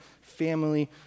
family